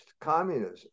communism